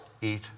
eat